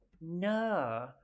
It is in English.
no